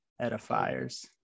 edifiers